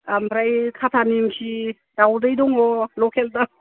ओमफ्राय खाथा निमखि दावदै दङ लकेल दाव